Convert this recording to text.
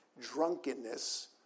drunkenness